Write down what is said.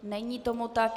Není tomu tak.